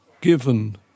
given